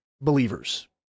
believers